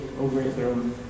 overthrown